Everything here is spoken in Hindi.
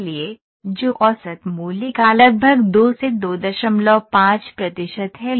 इसलिए जो औसत मूल्य का लगभग 2 से 25 प्रतिशत है